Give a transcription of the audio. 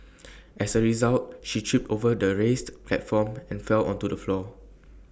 as A result she tripped over the raised platform and fell onto the floor